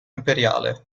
imperiale